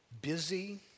Busy